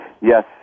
Yes